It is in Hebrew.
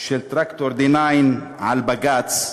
של טרקטור D9 על בג"ץ,